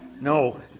No